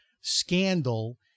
Scandal